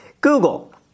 Google